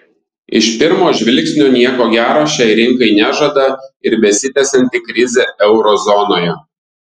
iš pirmo žvilgsnio nieko gero šiai rinkai nežada ir besitęsianti krizė euro zonoje